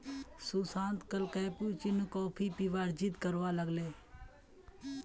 सुशांत कल cappuccino coffee पीबार जिद्द करवा लाग ले